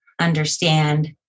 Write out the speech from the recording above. understand